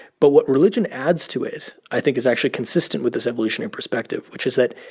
but what religion adds to it i think is actually consistent with this evolutionary perspective, which is that